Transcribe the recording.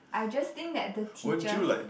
I just think that the teachers